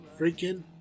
freaking